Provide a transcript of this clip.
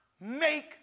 make